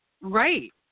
Right